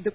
the